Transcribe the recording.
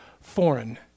foreign